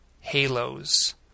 halos